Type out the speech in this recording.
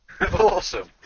Awesome